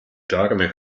czarne